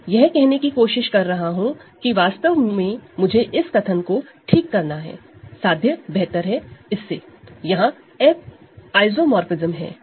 मैं यह कहने की कोशिश कर रहा हूं कि वास्तव में मुझे इस कथन को ठीक करना है साध्य बेहतर है इससे यहां F आइसोमोरफ़िज्म है